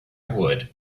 would